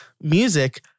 music